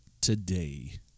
today